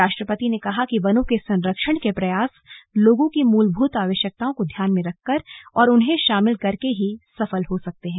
राष्ट्रपति ने कहा कि वनों के संरक्षण के प्रयास लोगों की मूलभूत आवश्यकताओं को ध्यान में रखकर और उन्हें शामिल करके ही सफल हो सकते हैं